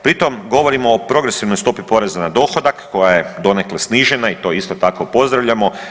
Pri tom govorimo o progresivnoj stopi poreza na dohodak koja je donekle snižena i to isto tako pozdravljamo.